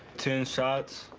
ten shots.